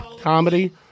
comedy